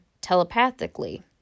telepathically